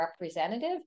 representative